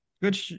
Good